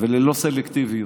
וללא סלקטיביות.